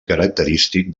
característic